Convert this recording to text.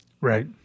Right